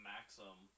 Maxim